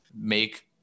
make